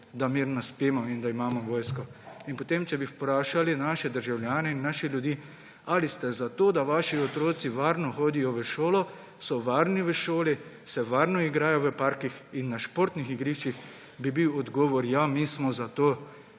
da mirno spimo in da imamo vojsko. In če bi potem vprašali naše državljane in naše ljudi – Ali ste za to, da vaši otroci varno hodijo v šolo, so varni v šoli, se varno igrajo v parkih in na športnih igriščih? – bi bil odgovor: Ja, mi smo za